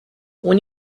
when